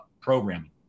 programming